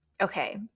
okay